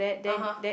(uh huh)